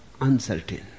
uncertain